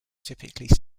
typically